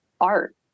art